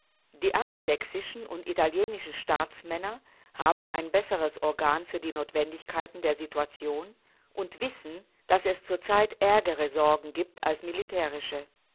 die angelsächsischen und italienischen staatsmänner haben ein besseres organ für die notwendigkeiten der situation und wissen daß es zurzeit ärgere sorgen gibt als militärische